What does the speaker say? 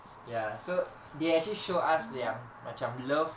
ya so they actually show us yang macam love